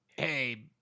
Hey